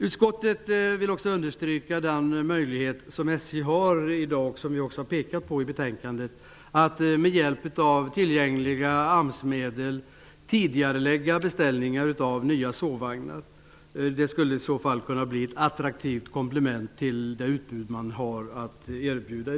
Utskottet vill också understryka den möjlighet som SJ i dag har, och som vi också har pekat på i betänkandet, att med hjälp av tillgängliga AMS Det skulle i så fall kunna bli ett attraktivt komplement till det utbud man i dag kan erbjuda.